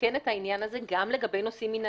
לתקן את העניין הזה גם לגבי נושאים מנהליים.